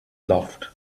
loved